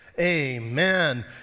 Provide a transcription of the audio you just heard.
amen